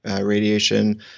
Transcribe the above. radiation